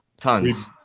Tons